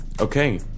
okay